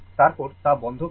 তারপর তা বন্ধ করা হয়